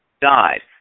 died